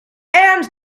and